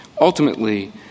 Ultimately